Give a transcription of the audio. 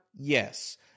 Yes